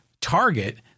Target